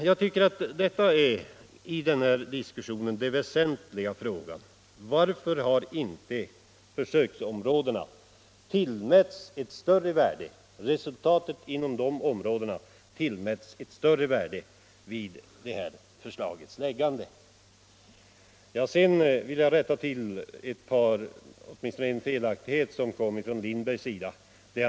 Jag tycker att den väsentliga frågan i den här diskussionen är: Varför har inte resultatet inom försöksområdena tillmätts större värde vid framläggandet av detta förslag? Sedan vill jag rätta till en felaktighet i herr Lindbergs anförande.